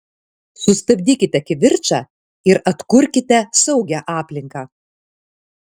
sustabdykite kivirčą ir atkurkite saugią aplinką